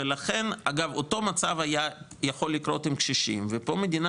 אגב אותו מצב היה יכול לקרות עם קשישים ופה מהמדינה